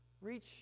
reach